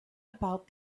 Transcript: about